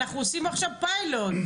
אנחנו עושים עכשיו פיילוט.